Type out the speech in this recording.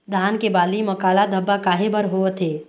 धान के बाली म काला धब्बा काहे बर होवथे?